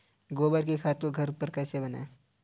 गोबर की खाद को घर पर कैसे बनाएँ?